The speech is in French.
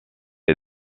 est